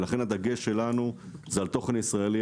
לכן הדגש שלנו הוא על תוכן ישראלי,